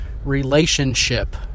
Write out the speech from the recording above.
relationship